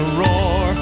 roar